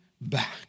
back